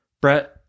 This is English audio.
Brett